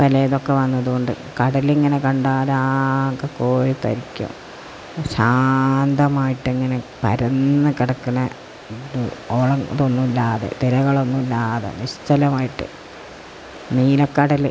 പലേതൊക്കെ വന്നത് കൊണ്ട് കടലിങ്ങനെ കണ്ടാല് ആകെ കോരിത്തരിക്കും ശാന്തമായിട്ടിങ്ങനെ പരന്ന് കിടക്കുന്ന ഓളം അതൊന്നുമില്ലാതെ തിരകളൊന്നുമില്ലാതെ നിശ്ചലമായിട്ട് നീലക്കടല്